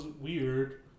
weird